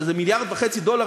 שזה 1.5 מיליארד דולר,